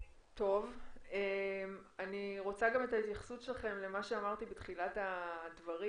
אני רוצה גם את ההתייחסות שלכם למה שאמרתי בתחילת הדברים.